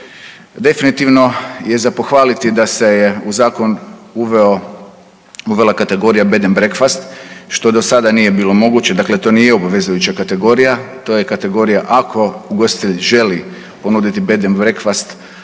Definitivno je za pohvaliti da se je u zakon uveo, uvela kategorija bed & breakfast, što do sada nije bilo moguće, dakle to nije obvezujuća kategorija, to je kategorija ako ugostitelj želi ponuditi bed & breakfast on